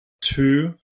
two